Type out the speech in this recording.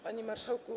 Panie Marszałku!